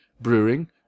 Brewing